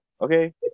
okay